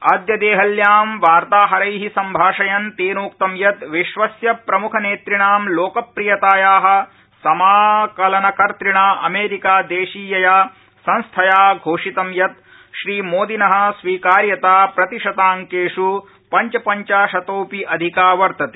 अद्य देहल्यां वार्ताहैर संभाषयन् तेनोक्तम् यत् विश्वस्य प्रमुखनेतृणां लोकप्रियताया समाकलनकर्तृणा अमेरिकादेशीयया संस्थया घोषितं यत् श्रीमोदिन स्वीकार्यता प्रतिशतांकेष् पंचपंचाशतोड़पि अधिका वर्तते